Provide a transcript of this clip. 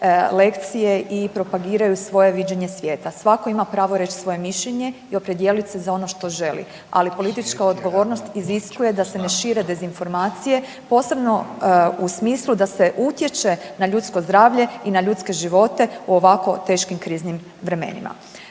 lekcije i propagiraju svoje viđenje svijeta. Svatko ima pravo reći svoje mišljenje i opredijelit se za ono što želi. Ali politička odgovornost iziskuje da se ne šire dezinformacije posebno u smislu da se utječe na ljudsko zdravlje i na ljudske živote u ovako teškim kriznim vremenima.